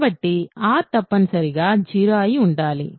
కాబట్టి r తప్పనిసరిగా 0 అయి ఉండాలి